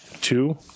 Two